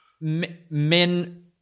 men